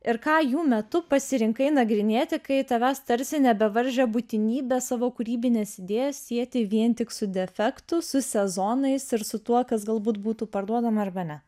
ir ką jų metu pasirinkai nagrinėti kai tavęs tarsi nebevaržė būtinybė savo kūrybines idėjas sieti vien tik su defektu su sezonais ir su tuo kas galbūt būtų parduodama arba ne